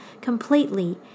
completely